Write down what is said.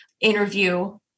interview